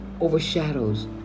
overshadows